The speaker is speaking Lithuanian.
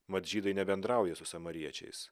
mat žydai nebendrauja su samariečiais